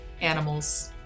animals